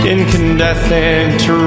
Incandescent